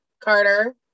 Carter